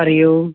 പറയൂ